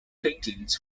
paintings